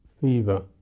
fever